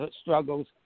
struggles